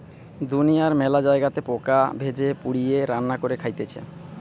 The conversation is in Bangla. দুনিয়ার মেলা জায়গাতে পোকা ভেজে, পুড়িয়ে, রান্না করে খাইতেছে